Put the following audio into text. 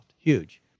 Huge